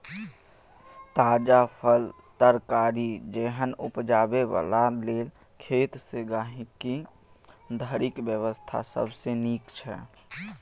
ताजा फल, तरकारी जेहन उपजाबै बला लेल खेत सँ गहिंकी धरिक व्यवस्था सबसे नीक छै